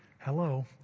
Hello